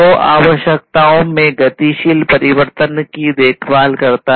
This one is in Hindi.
तो आवश्यकताओं में गतिशील परिवर्तन की देखभाल करता है